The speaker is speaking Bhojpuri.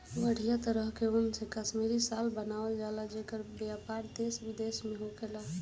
बढ़िया तरह के ऊन से कश्मीरी शाल बनावल जला जेकर व्यापार देश विदेश में होखेला